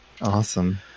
Awesome